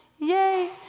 Yay